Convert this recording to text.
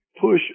push